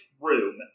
room